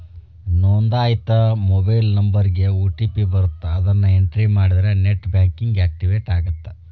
ನೋಂದಾಯಿತ ಮೊಬೈಲ್ ನಂಬರ್ಗಿ ಓ.ಟಿ.ಪಿ ಬರತ್ತ ಅದನ್ನ ಎಂಟ್ರಿ ಮಾಡಿದ್ರ ನೆಟ್ ಬ್ಯಾಂಕಿಂಗ್ ಆಕ್ಟಿವೇಟ್ ಆಗತ್ತ